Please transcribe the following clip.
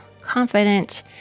confident